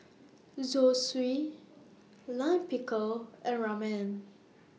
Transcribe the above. Zosui Lime Pickle and Ramen